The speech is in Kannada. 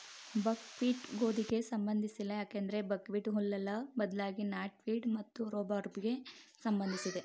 ಬಕ್ ಹ್ವೀಟ್ ಗೋಧಿಗೆ ಸಂಬಂಧಿಸಿಲ್ಲ ಯಾಕಂದ್ರೆ ಬಕ್ಹ್ವೀಟ್ ಹುಲ್ಲಲ್ಲ ಬದ್ಲಾಗಿ ನಾಟ್ವೀಡ್ ಮತ್ತು ರೂಬಾರ್ಬೆಗೆ ಸಂಬಂಧಿಸಿದೆ